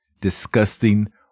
disgusting